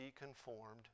conformed